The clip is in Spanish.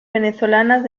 venezolanas